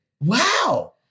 Wow